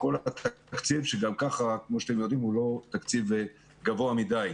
כל התקציב שגם כך, הוא לא תקציב גבוה מידי.